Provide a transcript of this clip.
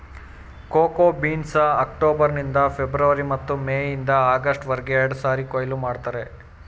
cocoa ಬೀನ್ಸ್ನ October ನಿಂದ February ಮತ್ತು ಮೇ ಇಂದ ಆಗಸ್ಟ್ ವರ್ಗೆ ಎರಡ್ಸಾರಿ ಕೊಯ್ಲು ಮಾಡ್ತರೆ